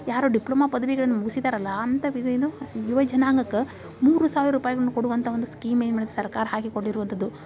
ಯಾರು ಡಿಪ್ಲೊಮ ಪದವಿಗಳನ್ನು ಮುಗಿಸಿದ್ದಾರಲ್ಲ ಅಂಥವಿದ್ ಏನು ಯುವ ಜನಾಂಗಕ್ಕೆ ಮೂರು ಸಾವಿರ ರೂಪಾಯಿಗಳನ್ನು ಕೊಡುವಂಥ ಒಂದು ಸ್ಕೀಮ್ ಏನು ಮಾಡಿದೆ ಸರ್ಕಾರ ಹಾಕಿಕೊಟ್ಟಿರುವಂಥದ್ದು